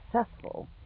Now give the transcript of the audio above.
successful